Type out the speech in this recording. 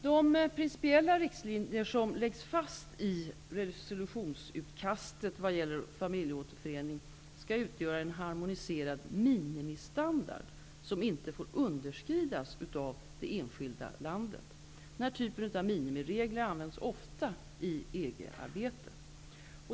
De principiella riktlinjer som läggs fast i resolutionsutkastet vad gäller familjeåterförening skall utgöra en harmoniserad ''minimistandard'' som inte får underskridas av det enskilda landet. Denna typ av minimiregler används ofta i EG arbetet.